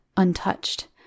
untouched